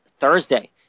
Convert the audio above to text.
Thursday